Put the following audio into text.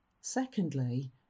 Secondly